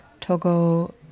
Togo